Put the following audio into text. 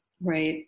Right